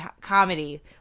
comedy